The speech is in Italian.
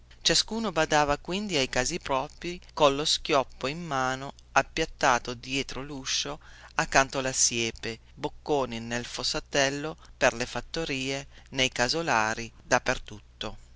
ciascuno badava quindi ai casi propri collo schioppo in mano appiattato dietro luscio accanto la siepe bocconi nel fossatello per le fattorie nei casolari